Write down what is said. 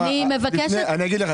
אני אגיד לך,